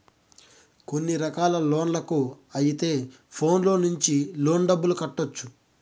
కొన్ని రకాల లోన్లకు అయితే ఫోన్లో నుంచి లోన్ డబ్బులు కట్టొచ్చు